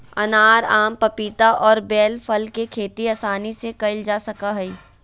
अनार, आम, पपीता और बेल फल के खेती आसानी से कइल जा सकय हइ